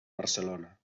barcelona